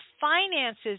finances